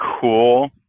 cool